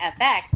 FX